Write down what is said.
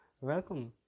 welcome